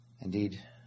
Indeed